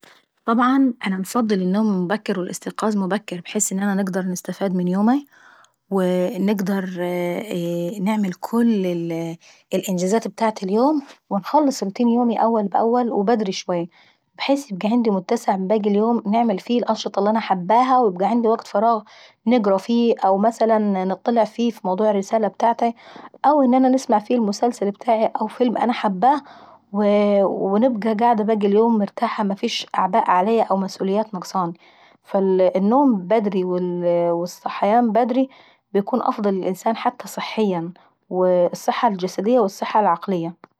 طبعا انا انفضل النوم مبكر والاستيقاظ مبكر ابحيث ان انا نقدر نستفاد من يوماي. ونقدر نعمل كل الإنجازات ابتاعة اليوم، ونخلص روتين يوماي اول بأول وبدري شوية. وبحيث يبقى عندي متسع من الوم نعمل فيه الأنشطة اللي انا حباها، ويبقى عندي وكت فراغ نقرا فيه او نطلع فيه على الرسالة ابتاعتاي، أو نسمع فيه المسلسل ابتاعاي او فيلم انا حباه، ونبقى قاعدة باقي اليوم مرتاحة ومفيش اعباء عليا او مسئوليات ناقضاني. فالنوم بدري والصحيان بدري بيكون افضل للانسان حتى صحيا والصحة الجسدية والصحة العقلية.